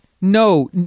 No